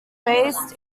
based